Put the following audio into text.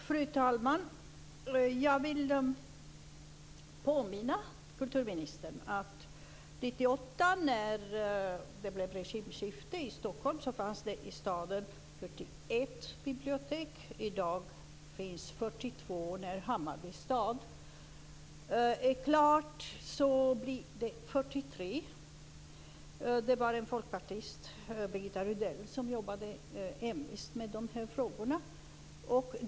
Fru talman! Jag vill påminna kulturministern om att 1998, när det blev regimskifte i Stockholm, fanns det 41 bibliotek i staden. I dag finns det 42, och när biblioteket i Hammarby sjöstad blir klart kommer det att finnas 43. Det var en folkpartist, Birgitta Rydell, som jobbade envist med denna fråga.